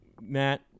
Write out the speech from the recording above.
Matt